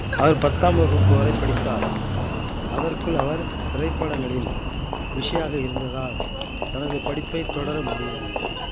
அவர் பத்தாம் வகுப்பு வரை படித்தார் அதற்குள் அவர் திரைப்படங்களில் பிஷியாக இருந்ததால் தனது படிப்பை தொடர முடியவில்லை